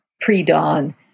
pre-dawn